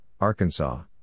Arkansas